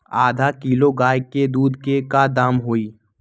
आधा किलो गाय के दूध के का दाम होई?